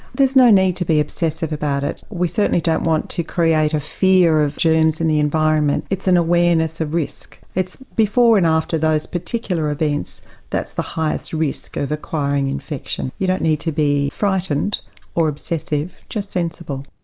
there's no need to be obsessive about it, we certainly don't want to create a fear of germs in the environment, it's an awareness of risk. it's before and after those particular events that's the highest risk of acquiring infection, you don't need to be frightened or obsessive just sensible.